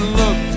look